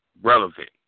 relevant